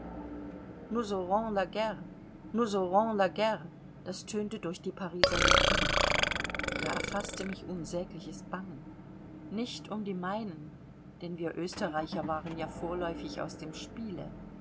das tönte durch die pariser luft da erfaßte mich unsägliches bangen nicht um die meinen denn wir österreicher waren ja vorläufig aus dem spiele